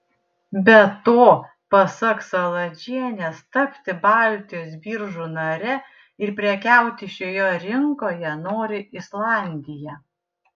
be to pasak saladžienės tapti baltijos biržų nare ir prekiauti šioje rinkoje nori islandija